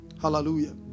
Hallelujah